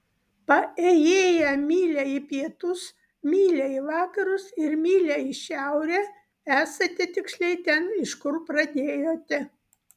paėjėję mylią į pietus mylią į vakarus ir mylią į šiaurę esate tiksliai ten iš kur pradėjote